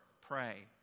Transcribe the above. pray